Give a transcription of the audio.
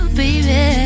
baby